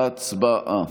הצבעה.